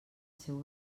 seu